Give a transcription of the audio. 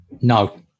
No